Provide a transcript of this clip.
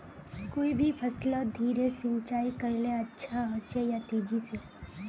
कोई भी फसलोत धीरे सिंचाई करले अच्छा होचे या तेजी से?